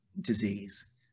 disease